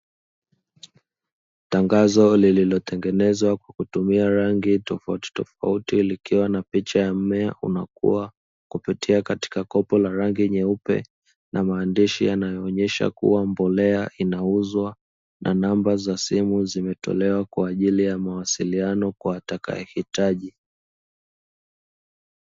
Tangazo lililotengenezwa kwa kutumia rangi tofautitofauti, likiwa na picha ya mmea unakua kupitia katika kopo jeupe, na maandishi yanayoonesha mbolea inauzwa, na namba za simu zimetolewa kwa ajili ya mawasiliano kwa atakayehitaji.